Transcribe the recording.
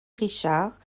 richard